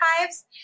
archives